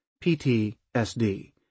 PTSD